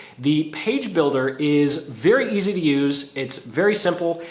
the page builder is very easy to use. it's very simple.